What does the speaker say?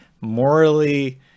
morally